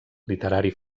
literari